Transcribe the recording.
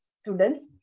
students